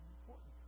important